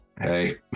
Hey